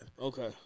Okay